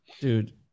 Dude